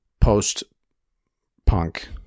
post-punk